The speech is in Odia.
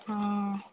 ହଁ